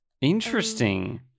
Interesting